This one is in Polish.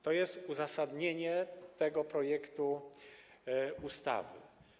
To jest uzasadnienie tego projektu ustawy.